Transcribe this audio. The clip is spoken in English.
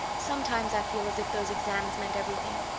sometimes i feel as if those exams meant everything,